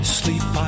sleep